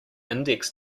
index